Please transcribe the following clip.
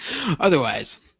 Otherwise